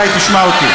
אולי תשמע אותי.